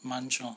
munch lor